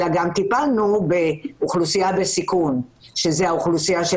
אלא גם טיפלנו באוכלוסייה בסיכון שהיא האוכלוסייה של